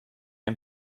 een